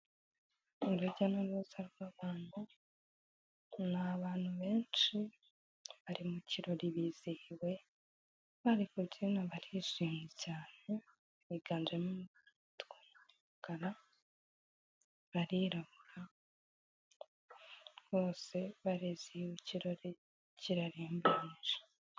Urujya n'uruza rw'abantu ni abantu benshi bari mu kirori bizihiwe bari kubyina barishimye cyane biganjemo umutuku n'umukara barirabura bose barizihiwe ikirori kirarembanyije.